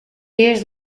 years